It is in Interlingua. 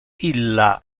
illa